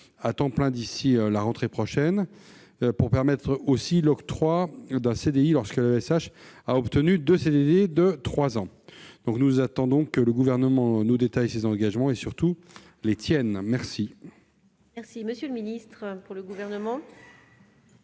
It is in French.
à temps plein d'ici à la rentrée prochaine, ou encore de permettre l'octroi d'un CDI lorsqu'un AESH a obtenu deux CDD de trois ans. Nous attendons que le Gouvernement nous détaille ses engagements et, surtout, qu'il les tienne !